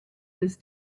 this